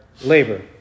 labor